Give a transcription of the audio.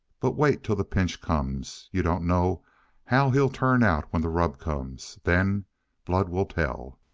but wait till the pinch comes. you don't know how he'll turn out when the rub comes. then blood will tell!